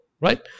right